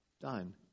done